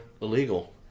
illegal